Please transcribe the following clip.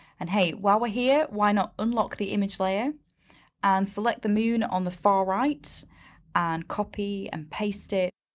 and hey, while we're here, why not unlock the image layer and select the moon on the far right and copy and paste it.